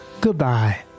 goodbye